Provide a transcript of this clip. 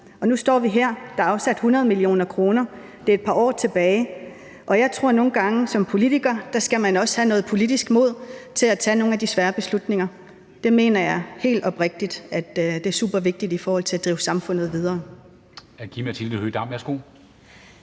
nu står vi her, og der er afsat 100 mio. kr. Jeg tror, at man som politiker nogle gange skal have noget politisk mod til at tage nogle af de svære beslutninger. Det mener jeg helt oprigtig er supervigtigt i forhold til at drive samfundet videre.